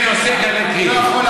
אני אענה לך.